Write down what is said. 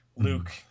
Luke